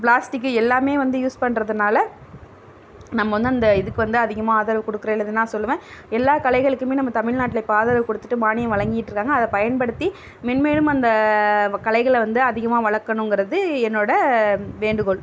plastic எல்லாமே வந்து use பண்ணுறதுனால நம்ம வந்து அந்த இதுக்கு வந்து அதிகமாக ஆதரவு கொடுக்குறது இல்லைன்னு தான் நான் சொல்லுவேன் எல்லா கலைகளுக்குமே நம்ம தமிழ்நாட்டில் இப்போ ஆதரவு கொடுத்துட்டு மானியம் வழங்கிட்டு இருக்காங்க அதை பயன்படுத்தி மென்மேலும் அந்த கலைகளை வந்து அதிகமாக வளர்க்கணுங்கறது என்னோடய வேண்டுகோள்